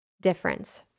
difference